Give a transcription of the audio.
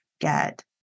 get